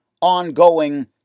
ongoing